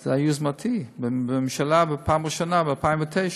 זה היה ביוזמתי, בממשלה, בפעם ראשונה, ב-2009,